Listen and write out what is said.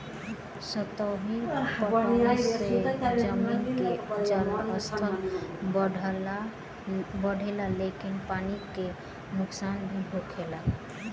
सतही पटौनी से जमीन के जलस्तर बढ़ेला लेकिन पानी के नुकसान भी होखेला